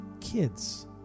kids